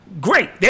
great